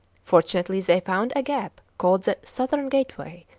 fortunately they found a gap, called the southern gateway,